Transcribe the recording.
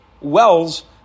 wells